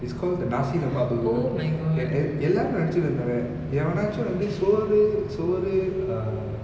it's called the nasi lemak burger எல்லாரும் நெனச்சிட்டு இருந்தாங்க எவனாச்சும் வந்து சோறு சோறு:ellarum nenachittu irunthanga evanachum vanthu soru soru uh